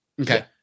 Okay